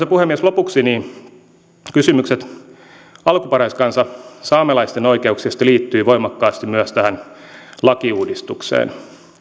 puhemies lopuksi kysymykset alkuperäiskansa saamelaisten oikeuksista liittyvät voimakkaasti myös tähän lakiuudistukseen